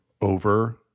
over